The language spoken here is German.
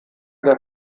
der